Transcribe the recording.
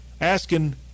asking